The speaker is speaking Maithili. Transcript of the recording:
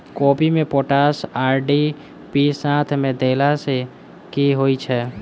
कोबी मे पोटाश आ डी.ए.पी साथ मे देला सऽ की होइ छै?